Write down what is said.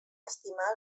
estimar